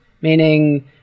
Meaning